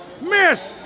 miss